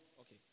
Okay